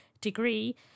degree